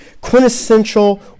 quintessential